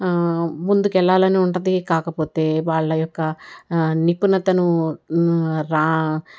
ముందుకెళ్ళాలని ఉంటది కాకపోతే వాళ్ళ యొక్క నిపుణతను రా